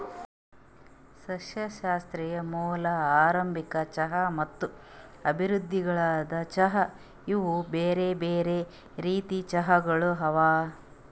ಸಸ್ಯಶಾಸ್ತ್ರೀಯ ಮೂಲ, ಆರಂಭಿಕ ಚಹಾ ಮತ್ತ ಅಭಿವೃದ್ಧಿಗೊಳ್ದ ಚಹಾ ಇವು ಬ್ಯಾರೆ ಬ್ಯಾರೆ ರೀತಿದ್ ಚಹಾಗೊಳ್ ಅವಾ